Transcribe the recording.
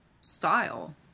style